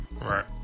Right